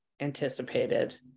anticipated